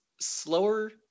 slower